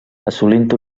assolint